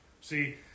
See